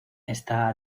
está